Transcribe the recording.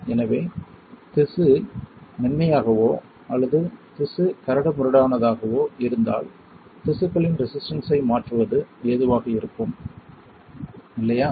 எனவே திசு மென்மையாகவோ அல்லது திசு கரடுமுரடானதாகவோ இருந்தால் திசுக்களின் ரெசிஸ்டன்ஸ் ஐ மாற்றுவது எதுவாக இருக்கும் இல்லையா